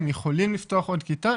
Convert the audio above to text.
הם יכולים לפתוח עוד כיתה,